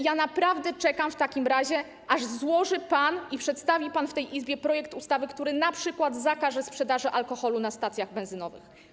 Ja naprawdę w takim razie czekam, aż złoży pan i przedstawi pan w tej Izbie projekt ustawy, który np. zakaże sprzedaży alkoholu na stacjach benzynowych.